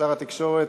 שר התקשורת,